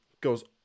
goes